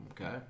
Okay